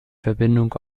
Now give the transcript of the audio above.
verbindung